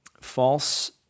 false